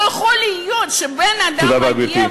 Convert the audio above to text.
לא יכול להיות שבן-אדם מגיע, תודה רבה, גברתי.